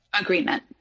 agreement